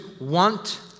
want